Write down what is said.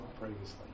previously